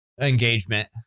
engagement